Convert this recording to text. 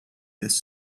this